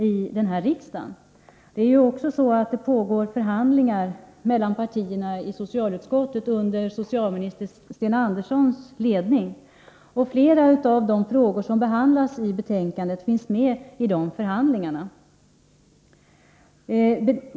I socialutskottet pågår också förhandlingar mellan partierna under socialminister Sten Anderssons ledning, och flera av de frågor som behandlas i betänkandet finns med i de förhandlingarna.